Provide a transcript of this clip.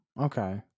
okay